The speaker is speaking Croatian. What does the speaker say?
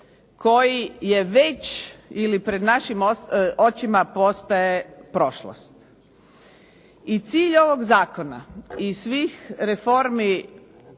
koji je već ili pred našim očima postaje prošlost. I cilj ovog zakona i svih reformi